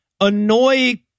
annoy